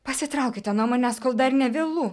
pasitraukite nuo manęs kol dar ne vėlu